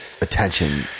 attention